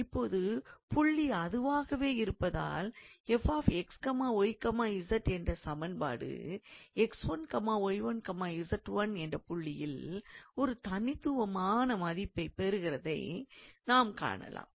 இப்போது புள்ளி அதுவாகவே இருப்பதனால் 𝑓𝑥𝑦𝑧 என்ற சமன்பாடு 𝑥1𝑦1𝑧1 என்ற புள்ளியில் ஒரு தனித்தன்மையான மதிப்பைப் பெறுகிறதை நாம் காணலாம்